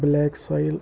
black soil